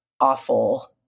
awful